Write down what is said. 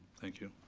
thank you.